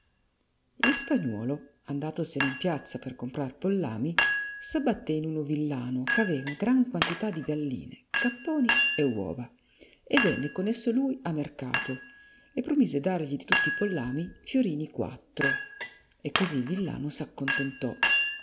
il spagnuolo andatosene in piazza per comprar pollami s'abbattè in uno villano ch'aveva gran quantità di galline capponi e uova e venne con esso lui a mercato e promise dargli di tutti i pollami fiorini quattro e così il villano s'accontentò